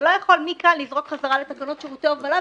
אתה לא יכול מכאן לזרוק חזרה לתקנות שירותי הובלה,